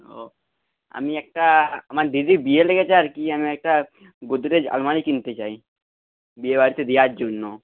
ও আমি একটা আমার দিদির বিয়ে লেগেছে আর কি আমি একটা গোদরেজ আলমারি কিনতে চাই বিয়েবাড়িতে দেওয়ার জন্য